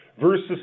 versus